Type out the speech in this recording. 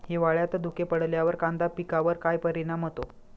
हिवाळ्यात धुके पडल्यावर कांदा पिकावर काय परिणाम होतो?